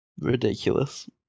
Ridiculous